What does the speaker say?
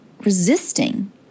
resisting